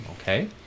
Okay